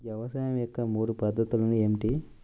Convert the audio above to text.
వ్యవసాయం యొక్క మూడు పద్ధతులు ఏమిటి?